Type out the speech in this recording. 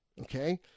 okay